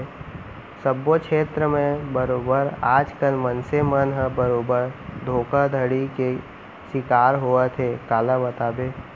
सब्बो छेत्र म बरोबर आज कल मनसे मन ह बरोबर धोखाघड़ी के सिकार होवत हे काला बताबे